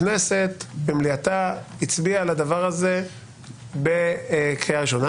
הכנסת במליאתה הצביעה על הדבר הזה בקריאה ראשונה.